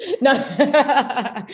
No